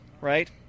right